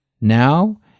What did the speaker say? now